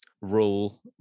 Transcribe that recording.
rule